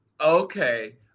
Okay